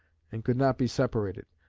and could not be separated,